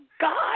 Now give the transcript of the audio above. God